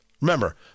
Remember